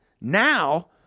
now